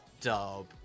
dub